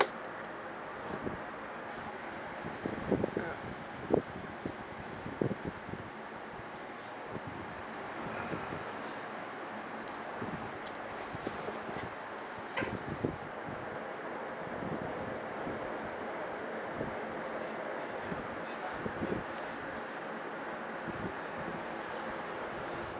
ya